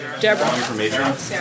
Deborah